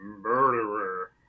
murderer